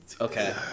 Okay